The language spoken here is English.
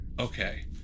Okay